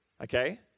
okay